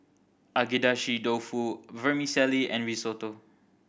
Agedashi Dofu Vermicelli and Risotto